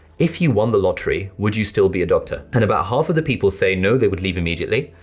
if you won the lottery, would you still be a doctor? and about half of the people say no, they would leave immediately,